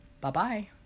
Bye-bye